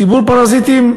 ציבור פרזיטים,